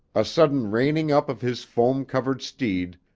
a sudden reining up of his foam-covered steed,